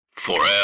Forever